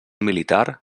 militar